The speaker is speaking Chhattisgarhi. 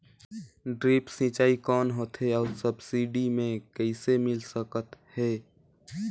ड्रिप सिंचाई कौन होथे अउ सब्सिडी मे कइसे मिल सकत हे?